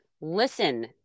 listen